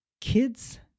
Kids